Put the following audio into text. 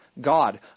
God